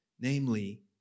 namely